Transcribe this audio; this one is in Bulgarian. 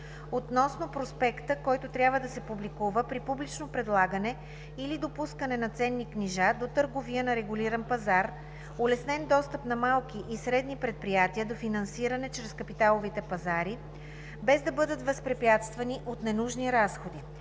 относно проспекта, който трябва да се публикува при публично предлагане или допускане на ценни книжа до търговия на регулиран пазар; улеснен достъп на малки и средни предприятия до финансиране чрез капиталовите пазари, без да бъдат възпрепятствани от ненужни разходи,